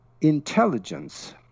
intelligence